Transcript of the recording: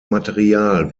material